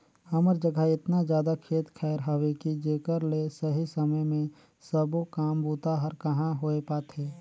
हमर जघा एतना जादा खेत खायर हवे कि जेकर ले सही समय मे सबो काम बूता हर कहाँ होए पाथे